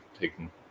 taking